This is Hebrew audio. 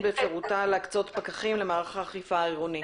באפשרותה להקצות פקחים למערך האכיפה העירוני.